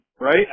right